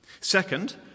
Second